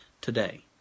today